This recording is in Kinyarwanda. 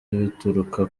bituruka